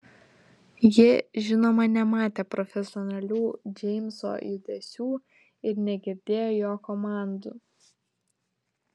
ji žinoma nematė profesionalių džeimso judesių ir negirdėjo jo komandų